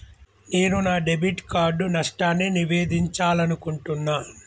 నేను నా debit card నష్టాన్ని నివేదించాలనుకుంటున్నా